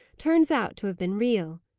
turns out to have been real.